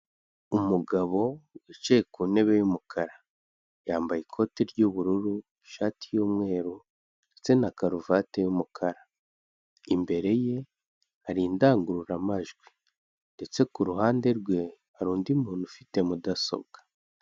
Umugabo wicaye ku ntebe y'umukara yambaye ikoti ry'ubururu, ishati y'umweru ndetse na karuvate y'umukara, imbere ye hari indangururamajwi ndetse ku ruhande rwe hari undi muntu ufite mudasobwa.